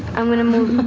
i'm going to move,